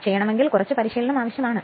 അതിനാൽ കുറച്ച് പരിശീലനം ആവശ്യമാണ്